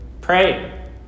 Pray